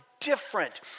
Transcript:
Different